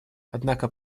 однако